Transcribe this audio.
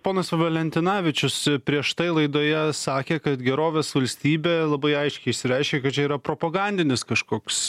ponas valentinavičius prieš tai laidoje sakė kad gerovės valstybė labai aiškiai išsireiškė kad čia yra propagandinis kažkoks